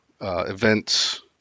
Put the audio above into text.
events